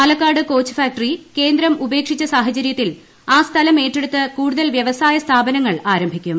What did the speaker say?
Palakkad coach factory കേന്ദ്രം ഉപേക്ഷിച്ച സാഹചരൃത്തിൽ ആ സ്ഥലം ഏറ്റെടുത്ത് കൂടുതൽ വ്യവസായ സ്ഥാപനങ്ങൾ ആരംഭിക്കും